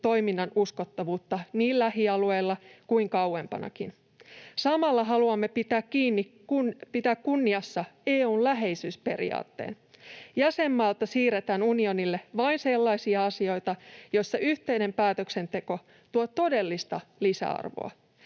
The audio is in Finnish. toiminnan uskottavuutta niin lähialueillamme kuin kauempanakin. Samalla haluamme pitää kunniassa EU:n läheisyysperiaatteen. Jäsenmailta siirretään Unionille vain sellaisia asioita, joissa yhteinen päätöksenteko tuo todellista lisäarvoa.